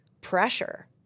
pressure